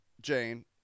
Jane